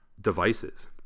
devices